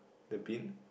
the bin